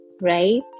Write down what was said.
right